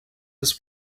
was